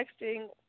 texting